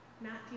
Matthew